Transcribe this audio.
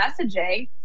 messaging